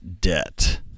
debt